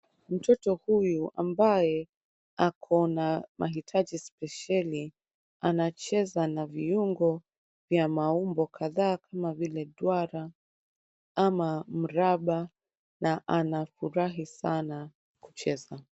Mtoto huyu ambaye akona mahitaji spesheli anacheza na viungo vya maumbo kadhaa, kama vile duara ama mraba, na anafurahi sana kucheza.